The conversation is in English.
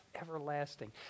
everlasting